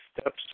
steps